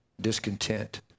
discontent